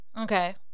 Okay